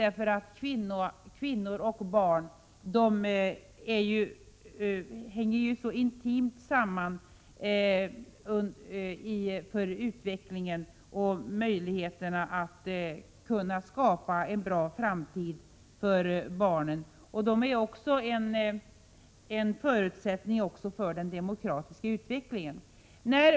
Situationen för kvinnor och barn hänger intimt samman, inte minst när det gäller möjligheterna att skapa en bra framtid för barnen. En bra framtid för dem är också en förutsättning för den demokratiska utvecklingen.